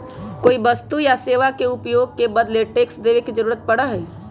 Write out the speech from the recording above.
कोई वस्तु या सेवा के उपभोग के बदले टैक्स देवे के जरुरत पड़ा हई